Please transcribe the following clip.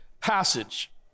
passage